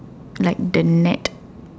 like the net